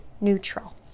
neutral